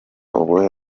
ubuhe